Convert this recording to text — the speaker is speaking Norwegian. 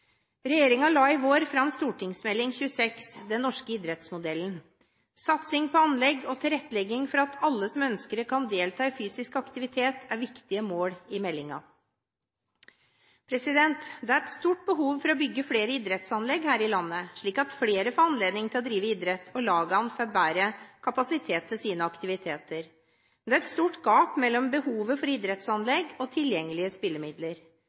la i vår fram Meld. St. 26 for 2011–2012 Den norske idrettsmodellen. Satsing på anlegg og tilrettelegging for at alle som ønsker det, kan delta i fysisk aktivitet, er viktige mål i meldingen. Det er et stort behov for å bygge flere idrettsanlegg her i landet, slik at flere får anledning til å drive idrett og lagene får bedre kapasitet til sine aktiviteter. Men det er et stort gap mellom behovet for idrettsanlegg og tilgjengelige spillemidler.